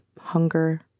hunger